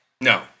No